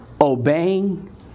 obeying